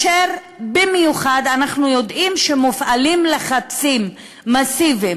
במיוחד כאשר אנחנו יודעים שמופעלים לחצים מסיביים